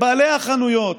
בעלי החנויות